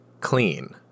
clean